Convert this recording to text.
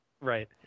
Right